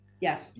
Yes